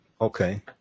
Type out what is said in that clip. Okay